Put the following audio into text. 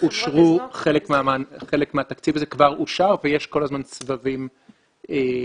חלק מהתקציב הזה כבר אושר ויש כל הזמן סבבים נוספים.